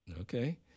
Okay